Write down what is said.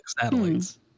satellites